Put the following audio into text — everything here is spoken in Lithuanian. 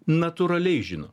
natūraliai žino